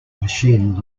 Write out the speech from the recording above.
machine